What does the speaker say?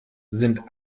sind